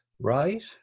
Right